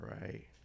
right